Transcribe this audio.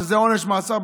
שזה עונש מאסר,